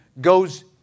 goes